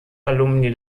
alumni